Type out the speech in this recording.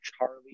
Charlie